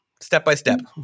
Step-by-step